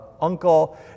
uncle